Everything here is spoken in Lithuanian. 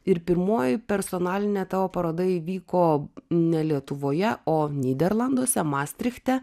ir pirmoji personalinė tavo paroda įvyko ne lietuvoje o nyderlanduose mastrichte